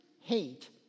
hate